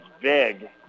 big